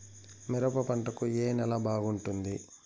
మిరప పంట కు ఏ నేల బాగుంటుంది?